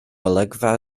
olygfa